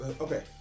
okay